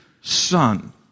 Son